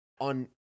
on